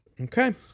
Okay